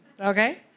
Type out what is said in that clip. Okay